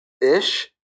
Ish